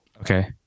okay